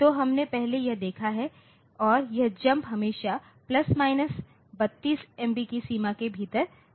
तो हमने पहले यह देखा है और यह जम्प हमेशा 32 एमबी की सीमा के भीतर है